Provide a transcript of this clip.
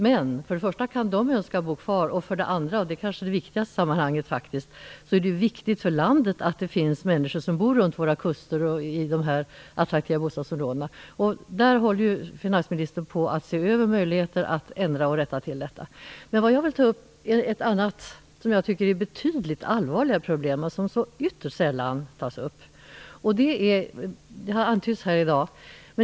Men för det första kan de önska att bo kvar, och för det andra, och det kanske viktigaste i sammanhanget, är det viktigt för landet att det finns människor som bor runt våra kuster i dessa attraktiva bostadsområden. Där håller finansministern på att se över möjligheterna att ändra och rätta till detta. Jag vill beröra ett betydligt allvarligare problem som ytterst sällan tas upp, men som har antytts här i dag.